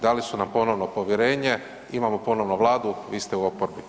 Dali su nam ponovno povjerenje, imamo ponovno Vladu, vi ste u oporbi.